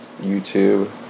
YouTube